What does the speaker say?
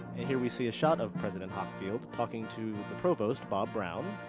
and here, we see a shot of president hockfield talking to the provost, bob brown.